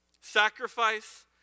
Sacrifice